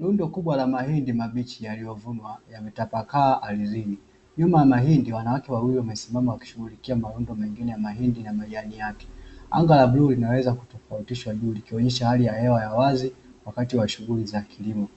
Rundo kubwa la mahindi mabichi yaliyovunwa yametapaka ardhini. Nyuma ya mahindi, wanawake wawili wamesimama wakishughulikia marundo mengine ya mahindi na majani yake. Anga la bluu linaweza kutofautishwa juu likionyesha hali ya hewa ya wazi wakati wa shughuli za kilimo.